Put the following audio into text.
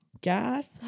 gas